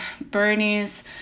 Bernie's